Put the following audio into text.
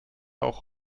auch